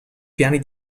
piani